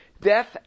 death